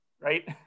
right